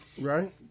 Right